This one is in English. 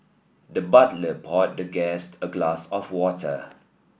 the butler poured the guest a glass of water